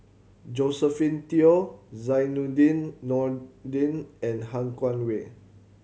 Josephine Teo Zainudin Nordin and Han Guangwei